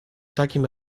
takim